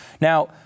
Now